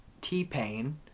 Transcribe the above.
T-Pain